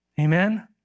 Amen